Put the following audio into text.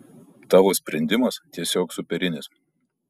tavo sprendimas tiesiog superinis